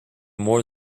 more